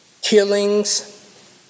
killings